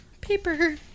Paper